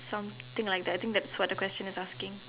something like that I think that's what the question is asking